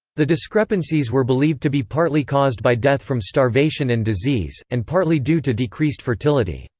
the discrepancies were believed to be partly caused by death from starvation and disease, and partly due to decreased fertility.